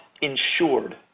insured